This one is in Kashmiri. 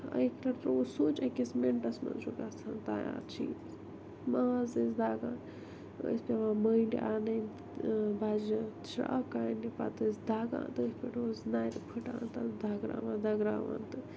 اَکہِ لَٹہِ ترٛووُس سُچ أکِس مِنٹَس مَنٛز چھُ گَژھان تیار چیٖز ماز ٲسۍ دَگان ٲسۍ پٮ۪وان مٔنٛڈۍ اَنٕنۍ تہٕ بَجہِ شرٛاکہٕ اَننہِ پَتہٕ ٲسۍ دَگان تٔتھۍ پٮ۪ٹھ اوس نرِ پھُٹان تتھ دگراوان دگراوان تہٕ